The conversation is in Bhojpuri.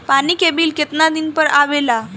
पानी के बिल केतना दिन पर आबे ला?